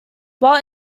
while